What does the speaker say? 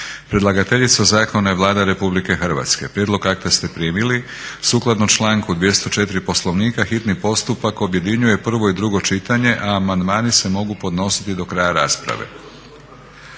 Predlagateljica zakona je Vlada Republike Hrvatske. Prijedlog akta ste primili. Sukladno članku 204. Poslovnika hitni postupak objedinjuje prvo i drugo čitanje, a amandmani se mogu podnositi do kraja rasprave.